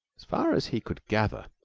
as far as he could gather,